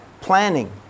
planning